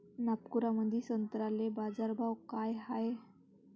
नागपुरामंदी संत्र्याले बाजारभाव काय हाय?